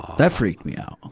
that freaked me out